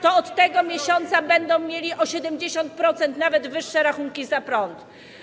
to od tego miesiąca będą mieli nawet o 70% wyższe rachunki za prąd.